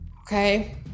Okay